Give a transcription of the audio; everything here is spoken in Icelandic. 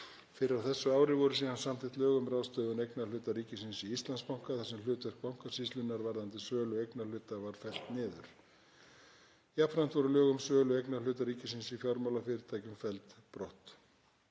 Fyrr á þessu ári voru síðan samþykkt lög um ráðstöfun eignarhluta ríkisins í Íslandsbanka þar sem hlutverk Bankasýslunnar varðandi sölu eignarhluta var fellt niður. Jafnframt voru lög um sölu eignarhluta ríkisins í fjármálafyrirtækjum felld brott.